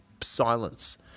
silence